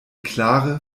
klare